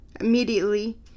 immediately